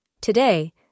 Today